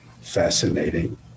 fascinating